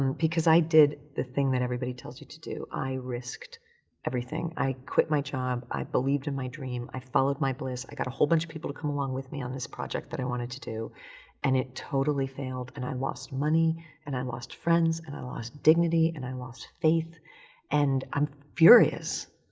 um because i did the thing that everybody tells you to do. i risked everything. i quit my job, i believed in my dream, i followed my bliss, i got a whole bunch of people to come along with me on this project that i wanted to do and it totally failed. and i lost money and i lost friends and i lost dignity and i lost faith and i'm furious.